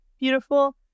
beautiful